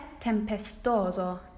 tempestoso